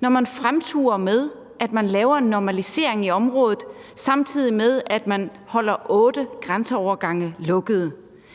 når man fremturer med, at man laver en normalisering i området, samtidig med at man holder otte grænseovergange lukkede;